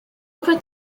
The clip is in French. peut